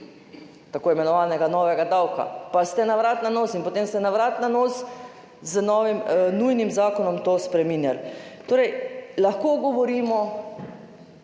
tako imenovanega novega davka, pa ste na vrat na nos. In potem ste na vrat na nos z nujnim zakonom to spreminjali. Torej lahko govorimo,